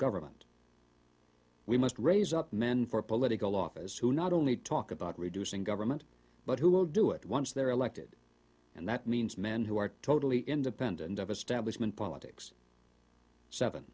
government we must raise up men for political office who not only talk about reducing government but who will do it once they're elected and that means men who are totally independent of establishment politics seven